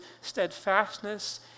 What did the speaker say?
steadfastness